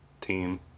team